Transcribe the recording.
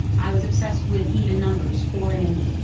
i was obsessed with even numbers four and eight.